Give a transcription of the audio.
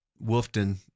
Wolfton